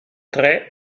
tre